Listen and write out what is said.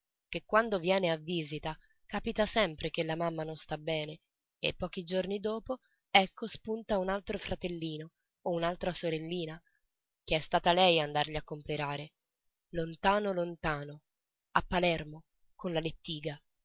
che quando viene a visita capita sempre che la mamma non sta bene e pochi giorni dopo ecco spunta un altro fratellino o un'altra sorellina che è stata lei ad andarli a comperare lontano lontano a palermo con la